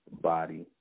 body